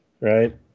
Right